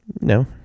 No